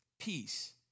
peace